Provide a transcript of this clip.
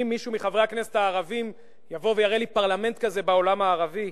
האם מישהו מחברי הכנסת הערבים יבוא ויראה לי פרלמנט כזה בעולם הערבי,